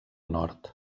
nord